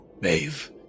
Maeve